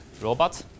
robot